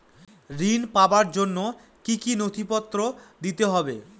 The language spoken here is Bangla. ঋণ পাবার জন্য কি কী নথিপত্র দিতে হবে?